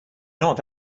not